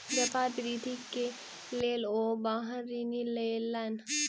व्यापार वृद्धि के लेल ओ वाहन ऋण लेलैन